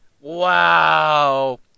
wow